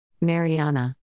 Mariana